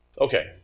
okay